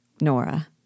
Nora